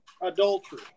adultery